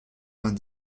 vingt